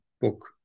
book